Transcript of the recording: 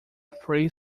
three